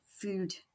Food